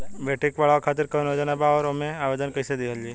बेटी के पढ़ावें खातिर कौन योजना बा और ओ मे आवेदन कैसे दिहल जायी?